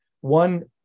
one